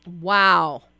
Wow